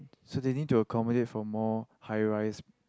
so they need to accommodate for more high rise